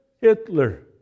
Hitler